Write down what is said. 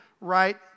right